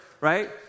right